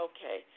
Okay